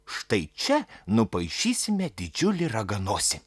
štai čia nupaišysime didžiulį raganosį